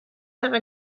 have